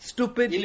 Stupid